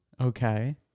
Okay